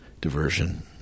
diversion